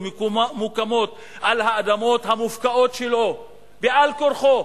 מוקמים על האדמות המופקעות שלו על כורחו,